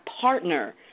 partner